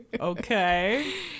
okay